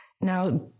Now